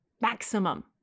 Maximum